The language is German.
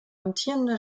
amtierende